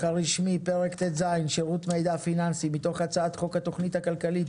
הרשמי שלו כפרק ט"ז (שירות מידע פיננסי) מתוך הצעת חוק התכנית הכלכלית